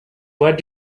what